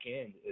end